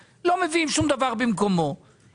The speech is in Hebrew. אני מציע לעכב עד שנקבל תשובות ברורות.